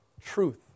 truth